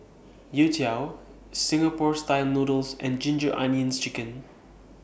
Youtiao Singapore Style Noodles and Ginger Onions Chicken